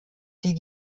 sie